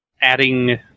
adding